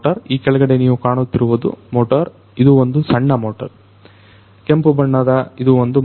ಈ ಕೆಳಗಡೆ ನೀವು ಕಾಣುತ್ತಿರುವುದು ಮೋಟರ್ ಇದು ಒಂದು ಸಣ್ಣ ಮೋಟರ್ ಕೆಂಪುಬಣ್ಣದ ಇದು ಒಂದು ಮೋಟರ್